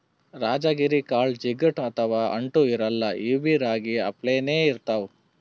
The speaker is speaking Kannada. ರಾಜಗಿರಿ ಕಾಳ್ ಜಿಗಟ್ ಅಥವಾ ಅಂಟ್ ಇರಲ್ಲಾ ಇವ್ಬಿ ರಾಗಿ ಅಪ್ಲೆನೇ ಇರ್ತವ್